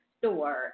store